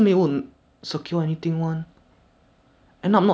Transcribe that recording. cause when I play if I top right my positioning damn bad sometimes eh